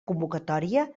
convocatòria